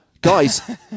Guys